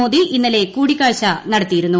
മോദി ഇന്നലെ കൂടിക്കാഴ്ച നടത്തിയിരുന്നു